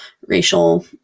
racial